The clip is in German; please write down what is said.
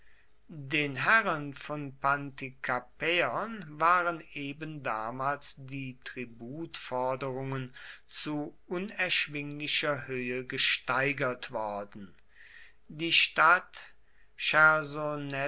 den herren von pantikapäon waren ebendamals die tributforderungen zu unerschwinglicher höhe gesteigert worden die stadt